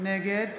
נגד